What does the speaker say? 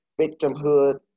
victimhood